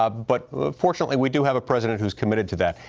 ah but fortunately we do have a president who is committed to that.